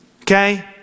Okay